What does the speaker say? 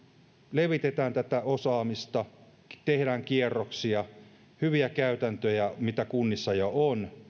levitetään tätä osaamista tehdään kierroksia kerrotaan muille hyviä käytäntöjä mitä kunnissa jo on